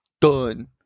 Done